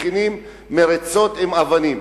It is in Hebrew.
מכינים מריצות עם אבנים.